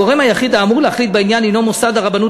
הגורם היחיד האמור להחליט בעניין הנו מוסד הרבנות